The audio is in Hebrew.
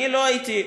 אני לא הייתי,